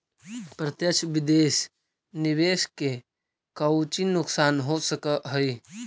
प्रत्यक्ष विदेश निवेश के कउची नुकसान हो सकऽ हई